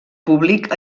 públic